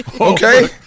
Okay